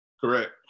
Correct